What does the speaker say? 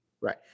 Right